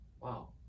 Wow